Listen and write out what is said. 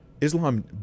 Islam